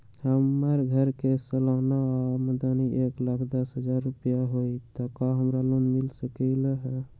हमर घर के सालाना आमदनी एक लाख दस हजार रुपैया हाई त का हमरा लोन मिल सकलई ह?